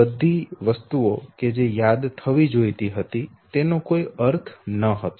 બધી વસ્તુઓ કે જે યાદ થવી જોઈતી હતી તેનો કોઈ અર્થ ન હતો